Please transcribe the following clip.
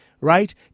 right